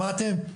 שמעתם,